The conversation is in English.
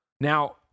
Now